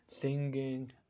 singing